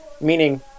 meaning